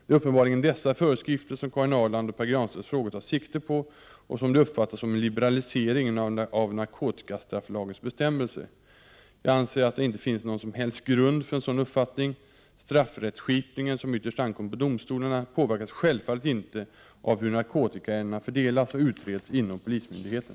Det är uppenbarligen dessa föreskrifter som Karin Ahrlands och Pär Granstedts frågor tar sikte på och som de uppfattar som en liberalisering av narkotikastrafflagens bestämmelser. Jag anser att det inte finns någon som helst grund för en sådan uppfattning. Straffrättskipningen, som ytterst ankommer på domstolarna, påverkas självfallet inte av hur narkotikaärendena fördelas och utreds inom polismyndigheten.